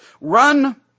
run